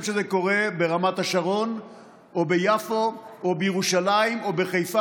שזה קורה ברמת השרון או ביפו או בירושלים או בחיפה